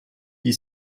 die